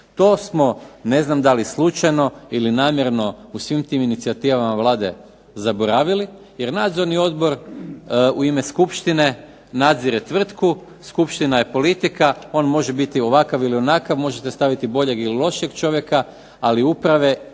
To smo ne znam da li slučajno ili namjerno u svim tim inicijativama Vlade zaboravili, jer nadzorni odbor u ime skupštine nadzire tvrtku. Skupština je politika. On može biti ovakav ili onakav, možete staviti boljeg ili lošijeg čovjeka. Ali uprave